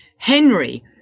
henry